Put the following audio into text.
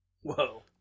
Whoa